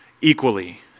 equally